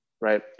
right